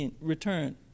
return